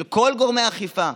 של כל גורמי האכיפה,